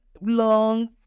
long